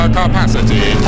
capacity